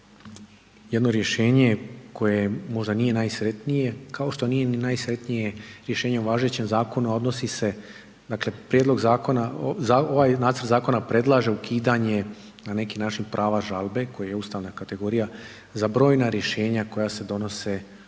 jedno rješenje koje možda nije najsretnije kao što nije ni najsretnije rješenje o važećem zakonu, a odnosi se dakle ovaj nacrt zakona predlaže ukidanje na neki način prava žalbe koji je ustavna kategorija za brojna rješenja koja se donose u